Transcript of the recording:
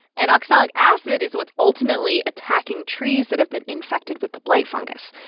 and oxalic acid is what's ultimately attacking trees that have been infected with the blight fungus,